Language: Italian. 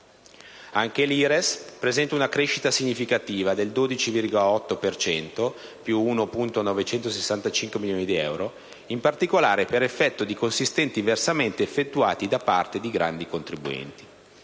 Anche l'IRES presenta una crescita significativa del 12,8 per cento (più 1.965 milioni di euro), in particolare per effetto di consistenti versamenti effettuati da parte di grandi contribuenti.